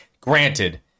Granted